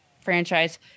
franchise